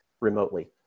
remotely